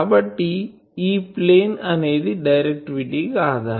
కాబట్టి ఈ ప్లేన్ అనేది డైరెక్టివిటీ కి ఆధారం